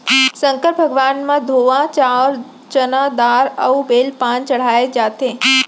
संकर भगवान म धोवा चाउंर, चना दार अउ बेल पाना चड़हाए जाथे